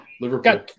Liverpool